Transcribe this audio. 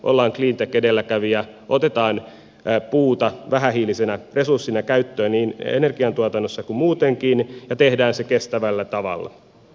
ollaan cleantech edelläkävijä otetaan puuta vähähiilisenä resurssina käyttöön niin energian tuotannossa kuin muutenkin ja tehdään se kestävällä tavalla